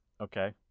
Okay